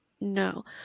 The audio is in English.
No